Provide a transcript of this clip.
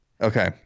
Okay